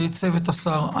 לצוות השר.